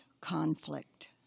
conflict